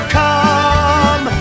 come